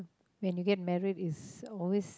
when you get married it's always it's